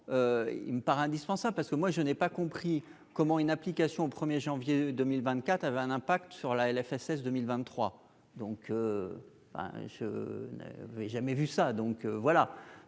il me paraît indispensable parce que moi je n'ai pas compris comment une application au 1er janvier 2024 avait un impact sur la LFSS 2023 donc, enfin, je ne vais jamais vu ça, donc voilà